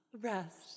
Rest